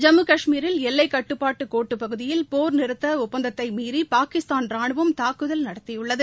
ஜம்மு காஷ்மீரில் எல்லைக்கட்டுப்பாட்டு கோட்டுப்பகுதியில் போர் நிறுத்த ஒப்பந்ததை மீறி பாகிஸ்தான் ராணுவம் தாக்குதல் நடத்தியுள்ளது